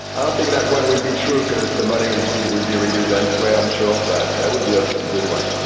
i don't think that one will be true, because the money will be will be reused elsewhere, i'm sure. but that would be a good one.